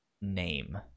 name